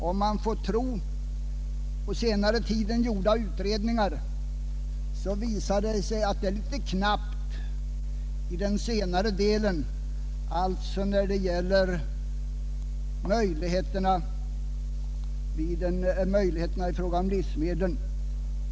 Om man får tro utredningar som gjorts på senare tid, så är det litet knappt med livsmedlen.